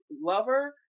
lover